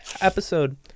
episode